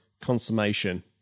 consummation